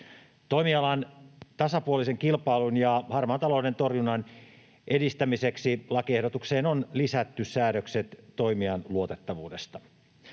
Toimialan tasapuolisen kilpailun ja harmaan talouden torjunnan edistämiseksi lakiehdotukseen on lisätty säädökset toimijan luotettavuudesta.